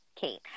Kate